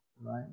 right